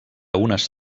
unes